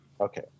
Okay